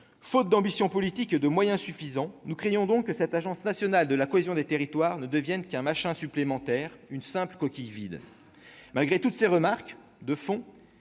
Faute d'ambition politique et de moyens suffisants, nous craignons donc que l'Agence nationale de la cohésion des territoires devienne un « machin » supplémentaire, une simple coquille vide. Malgré toutes ces remarques de fond,